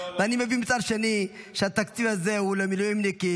ואני מבין מצד שני שהתקציב הזה הוא למילואימניקים,